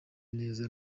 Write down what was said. neza